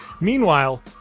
Meanwhile